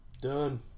Done